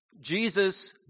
Jesus